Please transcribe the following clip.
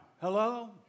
Hello